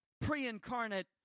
pre-incarnate